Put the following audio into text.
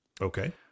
Okay